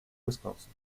wisconsin